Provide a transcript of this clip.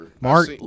Mark